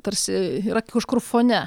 tarsi yra kažkur fone